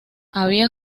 había